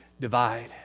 divide